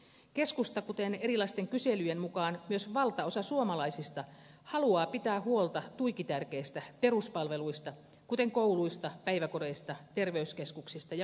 keskusta kuten erilaisten kyselyjen mukaan myös valtaosa suomalaisista haluaa pitää huolta tuiki tärkeistä peruspalveluista kuten kouluista päiväkodeista terveyskeskuksista ja vanhusten palveluista